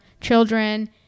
children